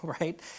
right